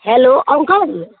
hello uncle